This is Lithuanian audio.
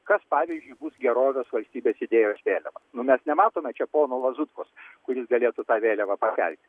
kas pavyzdžiui bus gerovės valstybės idėjos vėliava nu mes nematome čia pono lazutkos kuris galėtų tą vėliavą pakelti